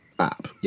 App